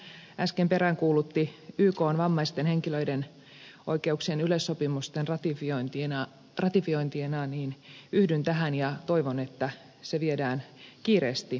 taimela äsken peräänkuulutti ykn vammaisten henkilöiden oikeuksien yleissopimuksen ratifiointia yhdyn tähän ja toivon että se viedään kiireesti eteenpäin